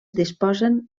disposen